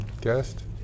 guest